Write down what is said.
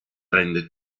rende